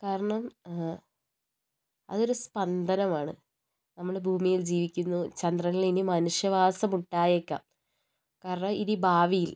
കാരണം അതൊരു സ്പന്ദനമാണ് നമ്മൾ ഭൂമിയിൽ ജീവിക്കുന്നു ചന്ദ്രനിൽ ഇനി മനുഷ്യവാസം ഉണ്ടായേക്കാം കാരണം ഇനി ഭാവിയിൽ